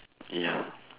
ya